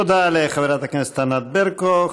תודה לחברת הכנסת ענת ברקו.